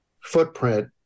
footprint